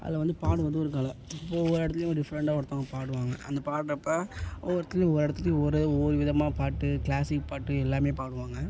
அதில் வந்து பாட்டு வந்து ஒரு கலை இப்போ ஒவ்வொரு இடத்துலையும் டிஃப்ரெண்ட்டாக ஒருத்தவங்க பாடுவாங்க அந்த பாடுறப்ப ஒவ்வொரு இடத்துலையும் ஒவ்வொரு இடத்துலையும் ஒரு ஓர் விதமான பாட்டு க்ளாஸிக் பாட்டு எல்லாம் பாடுவாங்க